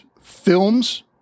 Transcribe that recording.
films